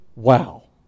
Wow